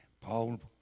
Paul